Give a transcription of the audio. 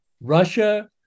Russia